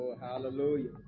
Hallelujah